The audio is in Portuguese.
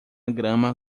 grama